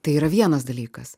tai yra vienas dalykas